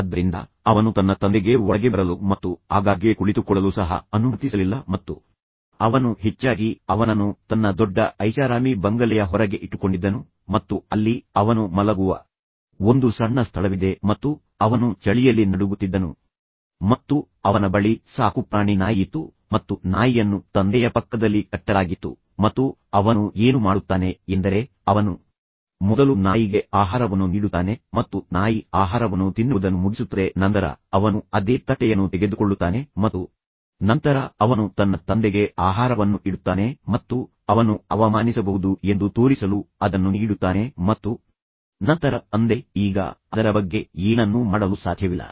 ಆದ್ದರಿಂದ ಅವನು ತನ್ನ ತಂದೆಗೆ ಒಳಗೆ ಬರಲು ಮತ್ತು ಆಗಾಗ್ಗೆ ಕುಳಿತುಕೊಳ್ಳಲು ಸಹ ಅನುಮತಿಸಲಿಲ್ಲ ಮತ್ತು ಅವನು ಹೆಚ್ಚಾಗಿ ಅವನನ್ನು ತನ್ನ ದೊಡ್ಡ ಐಷಾರಾಮಿ ಬಂಗಲೆಯ ಹೊರಗೆ ಇಟ್ಟುಕೊಂಡಿದ್ದನು ಮತ್ತು ಅಲ್ಲಿ ಅವನು ಮಲಗುವ ಒಂದು ಸಣ್ಣ ಸ್ಥಳವಿದೆ ಮತ್ತು ಅವನು ಚಳಿಯಲ್ಲಿ ನಡುಗುತ್ತಿದ್ದನು ಮತ್ತು ಅವನ ಬಳಿ ಸಾಕುಪ್ರಾಣಿ ನಾಯಿಯಿತ್ತು ಮತ್ತು ನಾಯಿಯನ್ನು ತಂದೆಯ ಪಕ್ಕದಲ್ಲಿ ಕಟ್ಟಲಾಗಿತ್ತು ಮತ್ತು ಅವನು ಏನು ಮಾಡುತ್ತಾನೆ ಎಂದರೆ ಅವನು ಮೊದಲು ನಾಯಿಗೆ ಆಹಾರವನ್ನು ನೀಡುತ್ತಾನೆ ಮತ್ತು ನಾಯಿ ಆಹಾರವನ್ನು ತಿನ್ನುವುದನ್ನು ಮುಗಿಸುತ್ತದೆ ನಂತರ ಅವನು ಅದೇ ತಟ್ಟೆಯನ್ನು ತೆಗೆದುಕೊಳ್ಳುತ್ತಾನೆ ಮತ್ತು ನಂತರ ಅವನು ತನ್ನ ತಂದೆಗೆ ಆಹಾರವನ್ನು ಇಡುತ್ತಾನೆ ಮತ್ತು ಅವನು ಅವಮಾನಿಸಬಹುದು ಎಂದು ತೋರಿಸಲು ಅದನ್ನು ನೀಡುತ್ತಾನೆ ಮತ್ತು ನಂತರ ತಂದೆ ಈಗ ಅದರ ಬಗ್ಗೆ ಏನನ್ನೂ ಮಾಡಲು ಸಾಧ್ಯವಿಲ್ಲ